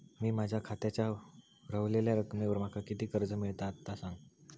मी माझ्या खात्याच्या ऱ्हवलेल्या रकमेवर माका किती कर्ज मिळात ता सांगा?